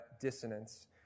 dissonance